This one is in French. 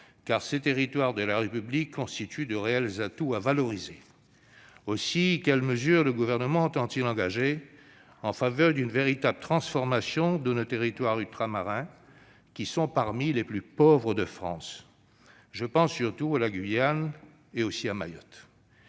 car ces territoires de la République constituent de réels atouts à valoriser. Quelles mesures le Gouvernement entend-il engager en faveur d'une véritable transformation de nos territoires ultramarins, qui sont parmi les plus pauvres de France- je pense surtout à la Guyane et à Mayotte